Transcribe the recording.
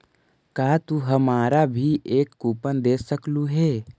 का तू हमारा भी एक कूपन दे सकलू हे